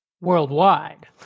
Worldwide